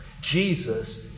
Jesus